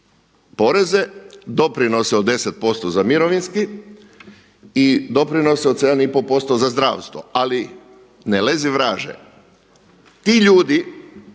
poreze, doprinose od 10 posto za mirovinski i doprinose od 7,5 posto za zdravstvo, ali ne lezi vraže! Ti ljudi